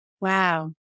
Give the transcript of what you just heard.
Wow